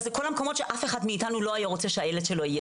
זה כל המקומות שאף אחד מאיתנו לא היה רוצה שהילד שלו יהיה שם.